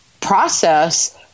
process